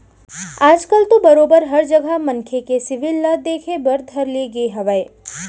आज कल तो बरोबर हर जघा मनखे के सिविल ल देखे बर धर ले गे हावय